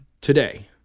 today